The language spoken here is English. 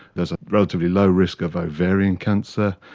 there's a relatively low risk of ovarian cancer,